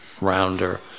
rounder